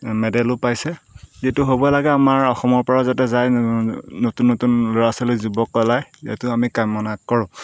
মেডেলো পাইছে যিটো হ'ব লাগে আমাৰ অসমৰ পৰাও যাতে যায় নতুন নতুন ল'ৰা ছোৱালী যুৱক ওলায় এইটো আমি কামনা কৰোঁ